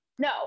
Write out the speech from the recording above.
no